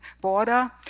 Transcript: border